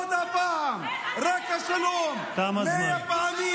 עוד סבב ועוד סבב, זו לא הדרך.